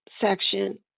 section